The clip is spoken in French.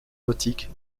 nautique